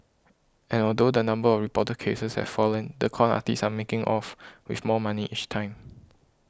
and although the number of reported cases has fallen the con artists are making off with more money each time